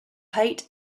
height